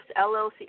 LLC